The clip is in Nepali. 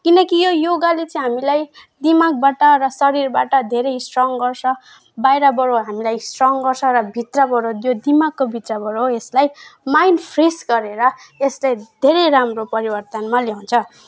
किनकि यो योगाले चाहिँ हामीलाई दिमागबाट र शरीरबाट धेरै स्ट्रङ गर्छ बाहिरबाट हामीलाई स्ट्रङ गर्छ र भित्रबाट जो दिमागको बिचबाट यसलाई माइन्ड फ्रेस गरेर यसले धेरै राम्रो परिवर्तनमा ल्याउँछ